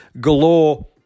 galore